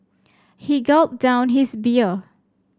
he gulped down his beer